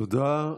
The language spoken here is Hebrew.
תודה.